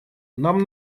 нам